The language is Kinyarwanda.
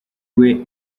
kumwe